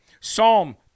Psalm